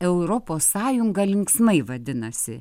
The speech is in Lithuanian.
europos sąjungą linksmai vadinasi